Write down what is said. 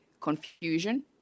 confusion